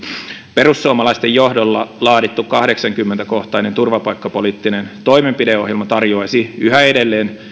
perussuomalaisten johdolla laadittu kahdeksankymmentä kohtainen turvapaikkapoliittinen toimenpideohjelma tarjoaisi yhä edelleen